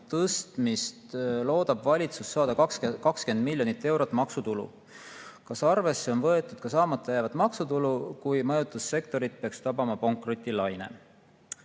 tõstmisest loodab valitsus saada 20 miljonit eurot maksutulu. Kas arvesse on võetud ka saamata jäävat maksutulu, kui majutussektorit peaks tabama pankrotilaine?"